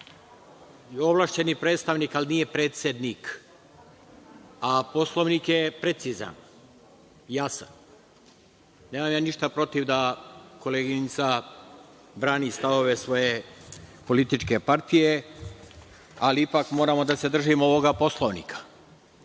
ovlašćeni predstavnik, ali nije predsednik, a Poslovnik je precizan i jasan. Nemam ništa protiv da koleginica brani stavove svoje političke partije, ali ipak moramo da se držimo Poslovnika. Da